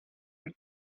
him